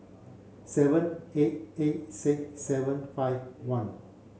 seven eight eight six seven five one